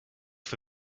for